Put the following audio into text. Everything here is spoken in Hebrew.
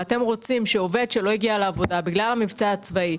אתם רוצים שעובד שלא הגיע לעבודה בגלל המבצע הצבאי,